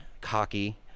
cocky